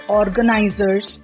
organizers